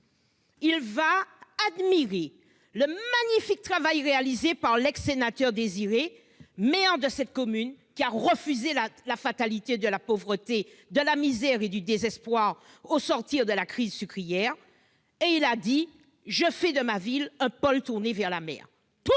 le travail magnifique réalisé par l'ancien sénateur Désiré, le maire de cette commune, qui a refusé la fatalité de la pauvreté, de la misère et du désespoir au sortir de la crise sucrière, faisant de sa ville un pôle tourné vers la mer.